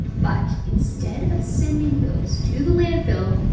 but instead of sending those to the landfill,